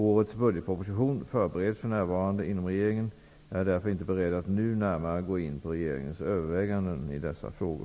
Årets budgetproposition förbereds för närvarande inom regeringen. Jag är därför inte beredd att nu närmare gå in på regeringens överväganden i dessa frågor.